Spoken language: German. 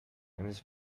eines